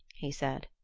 he said.